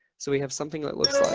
so we have something that looks like.